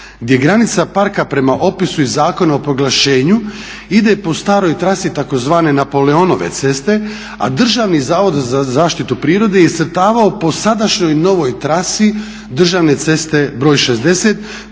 gdje granica parka prema opisu iz Zakona o proglašenju ide po staroj trasi tzv. napoleonove ceste, a Državni zavod za zaštitu prirode je iscrtavao po sadašnjoj novoj trasi državne ceste broj 60